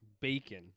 Bacon